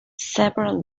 several